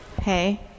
hey